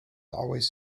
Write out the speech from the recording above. always